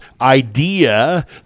idea